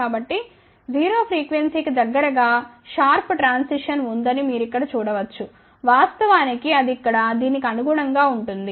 కాబట్టి 0 ఫ్రీక్వెన్సీ కి దగ్గరగా షార్ప్ ట్రాన్సిషన్ ఉందని మీరు ఇక్కడ చూడవచ్చు వాస్తవానికి అది ఇక్కడ దీనికి అనుగుణంగా ఉంటుంది